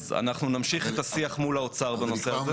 אז אנחנו נמשיך את השיח מול האוצר בנושא הזה.